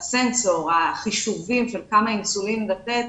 סנסור, חישובים של כמה אינסולין לתת,